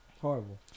Horrible